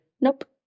nope